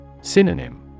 Synonym